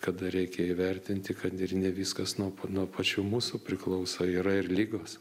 kada reikia įvertinti kad ir ne viskas nuo nuo pačių mūsų priklauso yra ir ligos